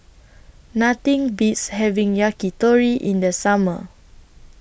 Nothing Beats having Yakitori in The Summer